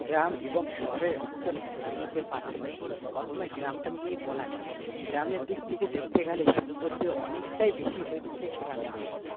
গ্রাম এবং শহরের অঞ্চলে খেলার মধ্যে পার্থক্য প্রথমে গ্রামটা নিয়েই বলা যাক গ্রামের দিক থেকে দেখতে গেলে সৌন্দর্য অনেকটাই বেশি হয়ে থাকে গ্রামের দিকটা